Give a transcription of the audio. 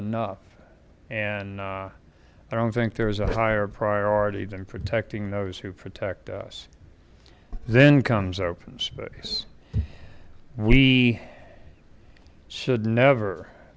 enough and i don't think there is a higher priority than protecting those who protect us then comes opens us we should never